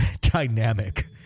dynamic